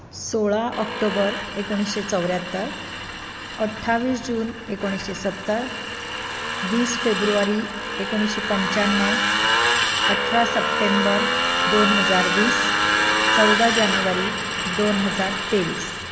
सोळा ऑक्टोबर एकुणशें चौऱ्यात्तर अठ्ठावीस जून एकुणशें सत्तर वीस फेब्रुवारी एकुणशें पंचाणव अठरा सप्टेंबर दोन हजार वीस चवदा जानेवारी दोन हजार तेवीस